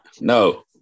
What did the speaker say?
No